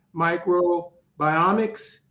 Microbiomics